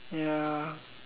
ya